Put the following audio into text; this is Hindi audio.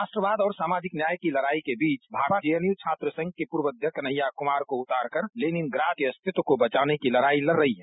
राष्ट्रवाद और समाजिक न्याय की लड़ाई के बीच भाकपा ने भी जेएनयू छात्र संघ के पूर्व अध्यक्ष कन्हैया कुमार को उतारकर लेनिनग्राड के अस्तित्व को बचाने की लड़ाई लड़ रही है